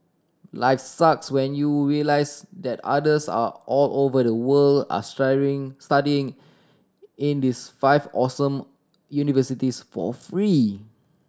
life sucks when you realise that others are all over the world are studying in these five awesome universities for free